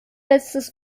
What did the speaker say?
letztes